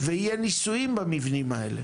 ויהיו ניסויים במבנים האלה,